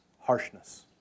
harshness